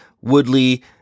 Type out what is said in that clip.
Woodley